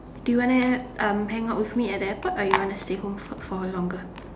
do you want to um hang out with me at the airport or you want to stay home for for longer